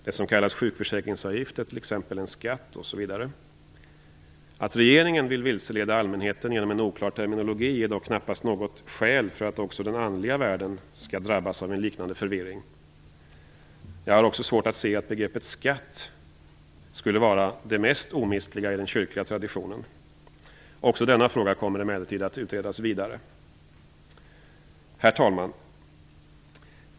Det som kallas sjukförsäkringsavgift är t.ex. en skatt osv. Att regeringen vill vilseleda allmänheten genom en oklar terminologi är dock knappast något skäl för att också den andliga världen skall drabbas av en liknande förvirring. Jag har också svårt att se att begreppet skatt skulle vara det mest omistliga i den kyrkliga traditionen. Också denna fråga kommer emellertid att utredas vidare. Herr talman!